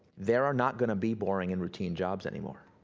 there are not gonna be boring and routine jobs anymore.